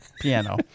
piano